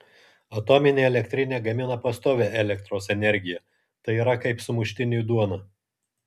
atominė elektrinė gamina pastovią elektros energiją tai yra kaip sumuštiniui duona